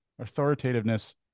authoritativeness